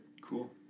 Cool